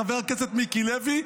חבר הכנסת מיקי לוי,